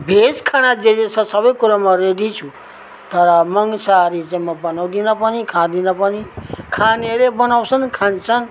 veg खाना जे जे छ सबै कुरामा म रेडी छु तर मांसाहारी चाहिँ म बनाउँदिन पनि खाँदिन पनि खानेहरूले बनाउँछन् खान्छन्